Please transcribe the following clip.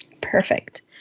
Perfect